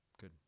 Good